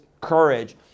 courage